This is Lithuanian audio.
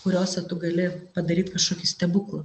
kuriose tu gali padaryt kažkokį stebuklą